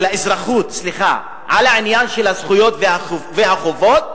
האזרחות על העניין של הזכויות והחובות,